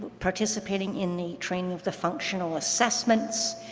participating in the training of the functional assessments,